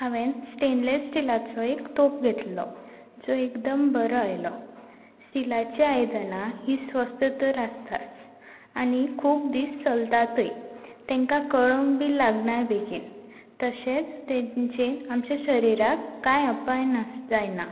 हांवेंन स्टेनलेस स्टिलाचो एक तोप घेतलो जो एकदम बरो आयलो स्टिलाची आयदनां ही स्वस्त तर आसताच आनी खूब दीस चलतातूय तेंकां कळम बीन लागना बेगीन तशेंच तेंचें आमच्या शरिराक कांय अपाय जायना